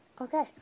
okay